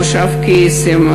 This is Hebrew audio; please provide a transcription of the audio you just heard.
מושב קייסים.